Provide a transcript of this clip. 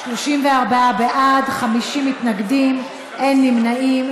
34 בעד, 50 מתנגדים, אין נמנעים.